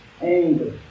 Anger